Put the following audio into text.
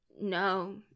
No